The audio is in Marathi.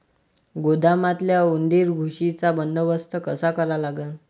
गोदामातल्या उंदीर, घुशीचा बंदोबस्त कसा करा लागन?